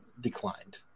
declined